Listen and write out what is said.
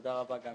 ותודה רבה גם